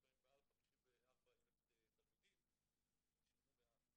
יש להם מעל ל-54,000 תלמידים הם שילמו מעט.